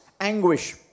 anguish